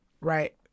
Right